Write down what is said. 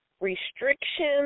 restrictions